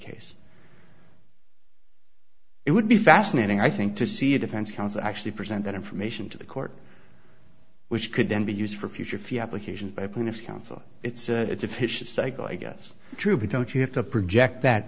case it would be fascinating i think to see a defense counsel actually present that information to the court which could then be used for future few applications by plaintiff's counsel its its efficient cycle i guess true but don't you have to project that